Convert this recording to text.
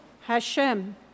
Hashem